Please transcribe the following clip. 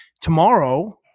Tomorrow